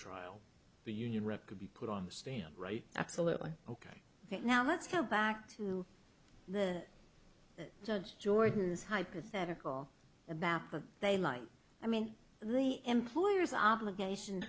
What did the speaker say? trial the union rep could be put on the stand right absolutely ok now let's go back to the judge jordan's hypothetical about a day like i mean the employers obligation